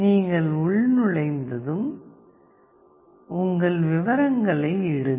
நீங்கள் உள்நுழைந்ததும் உங்கள் விவரங்களை இடுங்கள்